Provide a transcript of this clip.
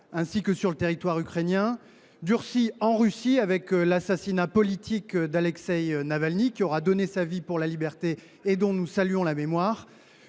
ligne de front, le territoire ukrainien, en Russie – avec l’assassinat politique d’Alexeï Navalny, qui aura donné sa vie pour la liberté, et dont nous saluons la mémoire